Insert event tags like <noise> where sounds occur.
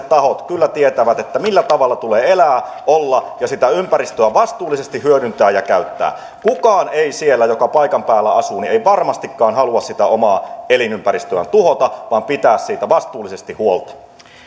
<unintelligible> tahot kyllä tietävät millä tavalla tulee elää olla ja sitä ympäristöä vastuullisesti hyödyntää ja käyttää kukaan joka siellä paikan päällä asuu ei varmastikaan halua sitä omaa elinympäristöään tuhota vaan pitää siitä vastuullisesti huolta